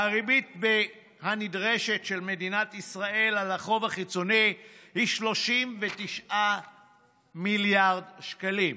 והריבית הנדרשת של מדינת ישראל על החוב החיצוני היא 39 מיליארד שקלים.